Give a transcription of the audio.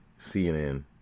CNN